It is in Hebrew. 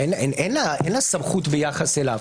אין לה סמכות ביחס אליו.